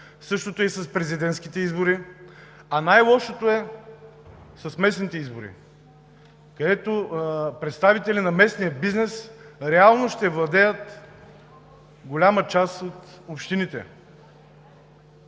Същото е и с президентските избори. А най-лошото е с местните избори, където представители на местния бизнес реално ще владеят голяма част от общините,